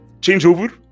changeover